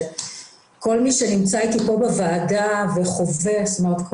כל מי שנמצא אתנו פה בוועדה וחווה כל